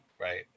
right